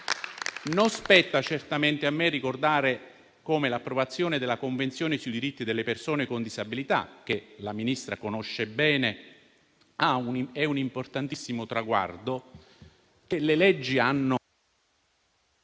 non spetta certamente a me ricordare come l'approvazione della Convenzione sui diritti delle persone con disabilità, che il signor Ministro conosce bene, è un importantissimo traguardo, che le leggi italiane